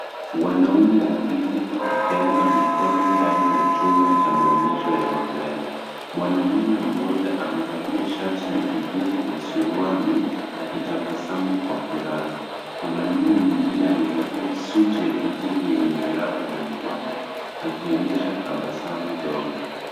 Wanaume wawili wakipeana mikono ndani ya chumba cha maonyesho ya magari. Mwanamume mmoja amevalia shati la kijivu na suruali akitabasamu kwa furaha. Mwanamume mwingine amevalia suti ya kijivu yenye mitaba na miwani akionyesha tabasamu ndogo.